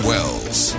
Wells